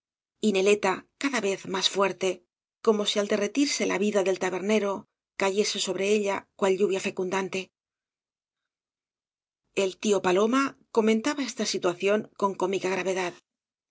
y neleta cada vez más fuerte como si al derretirse la vida del tabernero cayese sobre ella cual lluvia fecundante el tio paloma comentaba esta situación con cómica gravedad la